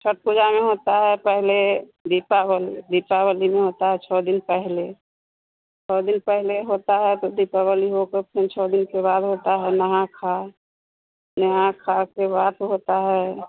छठ पूजा में होता है पहले दीपावली दीपावली में होता है छः दिन पहले छः दिन पहले होता है तो दीपवाली हो कर फिर छः दिन के बाद होता है नहा खा नेहा खा के बाद होता है